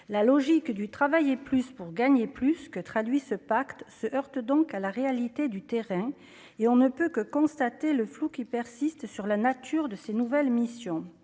la logique du travailler plus pour gagner plus que traduit ce pacte se heurte donc à la réalité du terrain et on ne peut que constater le flou qui persiste sur la nature de ses nouvelles missions,